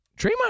Draymond